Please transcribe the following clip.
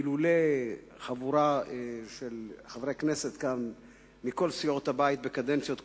אילולא חבורה של חברי כנסת כאן מכל סיעות הבית בקדנציות קודמות,